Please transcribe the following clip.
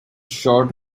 short